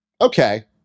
Okay